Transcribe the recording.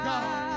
God